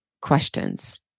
questions